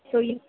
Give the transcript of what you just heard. so ಈ